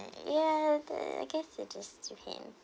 ya the I guess it is to him